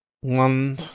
one